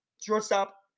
shortstop